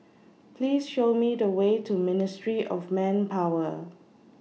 Please Show Me The Way to Ministry of Manpower